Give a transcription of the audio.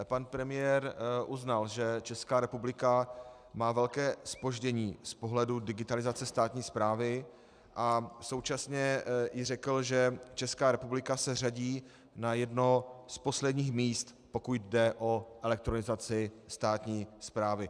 Pan premiér uznal, že Česká republika má velké zpoždění z pohledu digitalizace státní správy, a současně řekl, že Česká republika se řadí na jedno z posledních míst, pokud jde o elektronizaci státní správy.